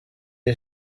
iyi